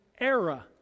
era